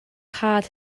hard